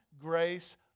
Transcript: grace